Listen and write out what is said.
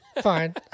Fine